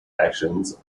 actions